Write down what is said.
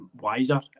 wiser